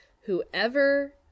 Whoever